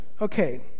Okay